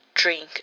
drink